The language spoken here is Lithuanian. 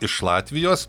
iš latvijos